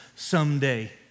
Someday